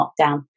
lockdown